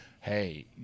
hey